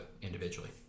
individually